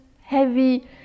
heavy